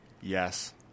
Yes